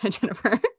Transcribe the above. Jennifer